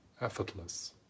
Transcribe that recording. effortless